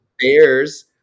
Bears